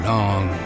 Long